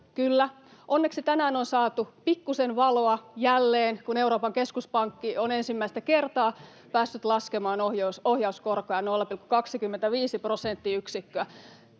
kyllä. Onneksi tänään on saatu pikkusen valoa jälleen, kun Euroopan keskuspankki on ensimmäistä kertaa päässyt laskemaan ohjauskorkoa 0,25 prosenttiyksikköä.